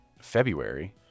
February